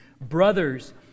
Brothers